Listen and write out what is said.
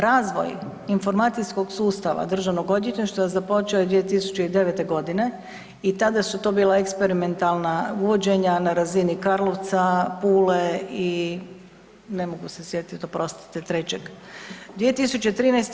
Razvoj informacijskog sustava državnog odvjetništva započeo je 2009.g. i tada su to bila eksperimentalna uvođenja na razini Karlovca, Pule i ne mogu se sjetit oprostite trećeg.